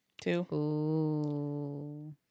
Two